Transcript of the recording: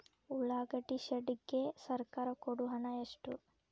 ಉಳ್ಳಾಗಡ್ಡಿ ಶೆಡ್ ಗೆ ಸರ್ಕಾರ ಕೊಡು ಹಣ ಎಷ್ಟು?